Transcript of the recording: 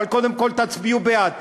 אבל קודם כול תצביעו בעד,